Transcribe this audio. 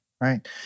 right